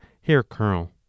hair-curl